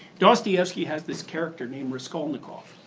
dostoevsky had this character named raskolnikov,